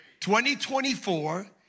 2024